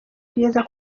kugeza